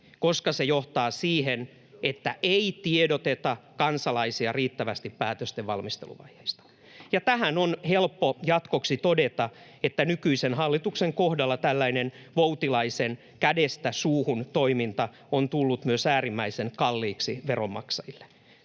koska se johtaa siihen, että ei tiedoteta kansalaisia riittävästi päätösten valmisteluvaiheista.” [Petri Hurun välihuuto] Ja tähän on helppo jatkoksi todeta, että nykyisen hallituksen kohdalla tällainen Voutilaisen mainitsema kädestä suuhun ‑toiminta on tullut myös äärimmäisen kalliiksi veronmaksajille.